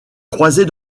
croisées